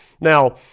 Now